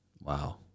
wow